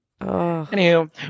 Anywho